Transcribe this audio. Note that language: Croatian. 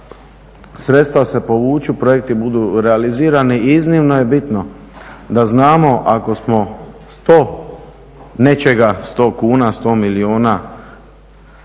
sredstva se povuku, projekti budu realizirani, iznimno je bitno da znamo ako smo 100 nečega, 100 kuna,